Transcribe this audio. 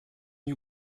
you